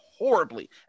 horribly